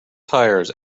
tires